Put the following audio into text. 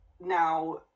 now